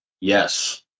Yes